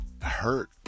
hurt